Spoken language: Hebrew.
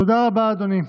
תודה רבה, אדוני.